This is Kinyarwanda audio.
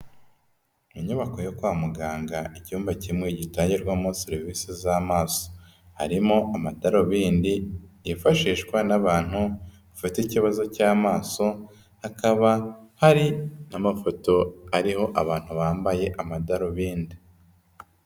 Inyubako yo kwa muganga icyumba kimwe gitangirwamo serivisi z'amaso, harimo amadarubindi yifashishwa n'abantu bafite ikibazo cy'amaso hakaba hari n'amafoto ariho abantu bambaye amadarubindi.